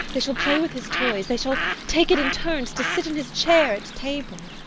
they shall play with his toys. they shall take it in turns to sit in his chair at table.